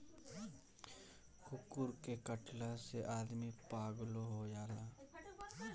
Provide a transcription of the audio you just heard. कुकूर के कटला से आदमी पागलो हो जाला